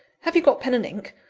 have you got pen and ink?